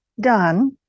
done